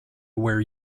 where